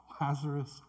Lazarus